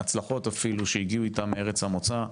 והצלחות, אפילו, שהגיעו איתם מארץ המוצא,